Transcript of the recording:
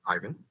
Ivan